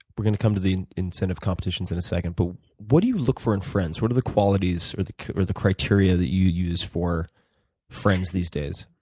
we're gonna come to the incentive competitions in a second, but what do you look for in friends? what are the qualities or the or the criteria that you use for friends these days?